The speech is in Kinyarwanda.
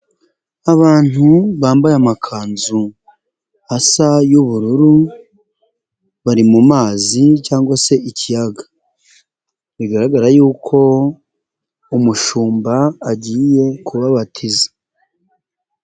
Abantu bambaye amakanzu asa y'ubururu bari mu mazi cyangwa se ikiyaga bigaragara yuko umushumba agiye kubabatiza.